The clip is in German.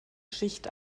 schicht